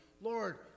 Lord